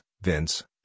Vince